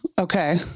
Okay